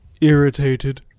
Irritated